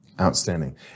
Outstanding